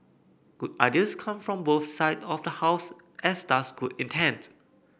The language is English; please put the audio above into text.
good ideas come from both side of the House as does good intent